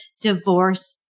Divorce